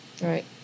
Right